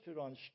on